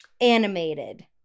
animated